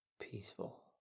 peaceful